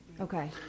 okay